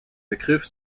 begriff